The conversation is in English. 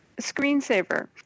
screensaver